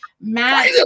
Matt